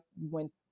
went